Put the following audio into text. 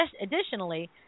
Additionally